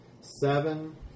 Seven